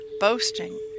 boasting